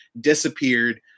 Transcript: disappeared